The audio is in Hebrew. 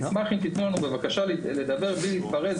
נשמח אם תיתנו לנו לדבר בלי להתפרץ.